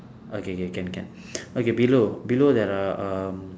okay okay can can okay below below that are um